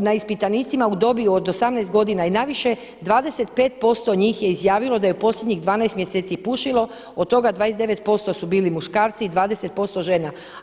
na ispitanicima u dobi od 18 godina i na više, 25% njih je izjavilo da je u posljednjih 12 mjeseci pušilo, od toga 29% su bili muškarci i 20% žena.